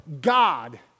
God